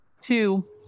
two